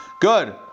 Good